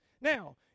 Now